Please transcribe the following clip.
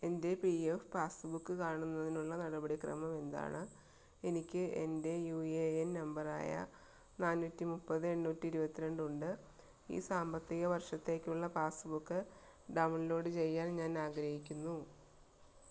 എൻ്റെ P F passbook കാണുന്നതിനുള്ള നടപടിക്രമം എന്താണ് എനിക്ക് എൻ്റെ യു എ എൻ നമ്പർ ആയ നാന്നൂറ്റി മുപ്പത് എണ്ണൂറ്റി ഇരുപത്തിരണ്ട് ഉണ്ട് ഈ സാമ്പത്തിക വർഷത്തേക്കുള്ള പാസ്ബുക്ക് ഡൗൺലോഡ് ചെയ്യാൻ ഞാൻ ആഗ്രഹിക്കുന്നു